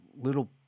little